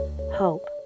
hope